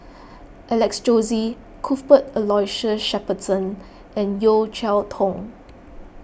Alex Josey Cuthbert Aloysius Shepherdson and Yeo Cheow Tong